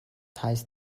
heißt